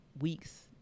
weeks